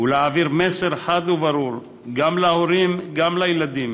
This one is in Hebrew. ולהעביר מסר חד וברור גם להורים, גם לילדים,